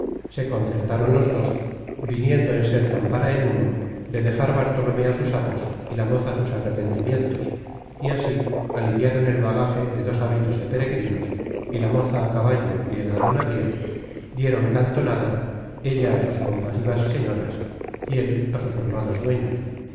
se concertaron los dos viendo ser tan para en uno de dejar bartolomé á sus amos y la moza sus arrepentimientos y así aliviaron el bagaje de dos hábitos de peregrinos y la moza á caballo y el galan á pié dieron cantonada ella á sus varé conmigo á mi content from google book search generated at compasivas señoras y él á sus honrados dueños